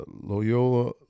Loyola